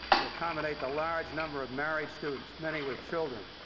to accommodate the large number of married students, many with children.